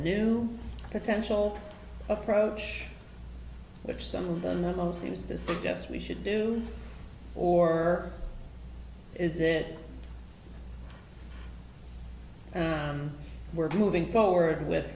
new potential approach which some of the known seems to suggest we should do or is it we're moving forward with